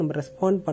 respond